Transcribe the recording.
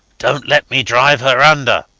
dont let me drive her under,